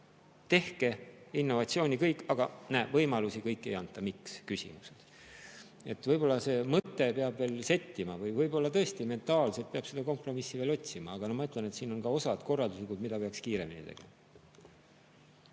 tehke innovatsiooni kõik, aga näe, võimalusi kõiki ei anta. Miks, on küsimus. Võib-olla see mõte peab veel settima või võib-olla tõesti mentaalselt peab seda kompromissi veel otsima, aga ma ütlen, et siin on korralduslikud osad, mida peaks kiiremini tegema.